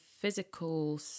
physical